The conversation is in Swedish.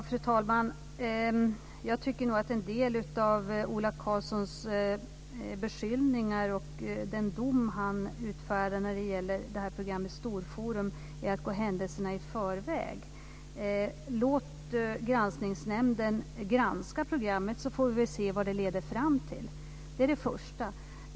Fru talman! Jag tycker nog att en del av Ola Karlssons beskyllningar och den dom han utfärdar om programmet Storforum är att gå händelserna i förväg. Låt Granskningsnämnden granska programmet så får vi se vad det leder fram till. Det är det första.